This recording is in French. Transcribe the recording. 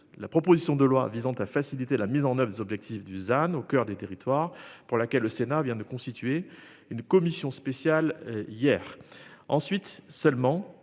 La proposition de loi visant à faciliter la mise en oeuvre objectif Dusan au coeur des territoires pour laquelle le Sénat vient de constituer une commission spéciale hier.